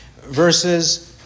Verses